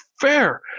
fair